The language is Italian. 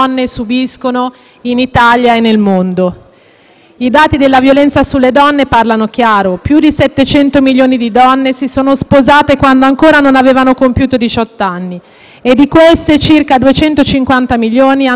I dati della violenza sulle donne parlano chiaro: più di 700 milioni di donne si sono sposate quando ancora non avevano compiuto diciotto anni e di queste circa 250 milioni hanno preso marito addirittura prima dei quindici